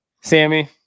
Sammy